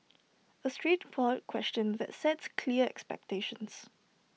A straightforward question that sets clear expectations